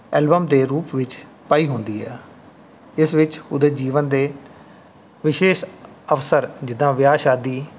album ਦੇ ਰੂਪ ਵਿੱਚ ਪਈ ਹੁੰਦੀ ਆ ਇਸ ਵਿੱਚ ਉਹਦੇ ਜੀਵਨ ਦੇ ਵਿਸ਼ੇਸ਼ ਅਵਸਰ ਜਿੱਦਾਂ ਵਿਆਹ ਸ਼ਾਦੀ